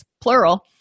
plural